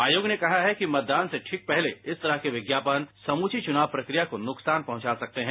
आयोग ने कहा कि मतदान से ठीक पहले इस तरह के विज्ञापन समूची चुनाव प्रक्रिया को नुकसान पहुंचा सकते हैं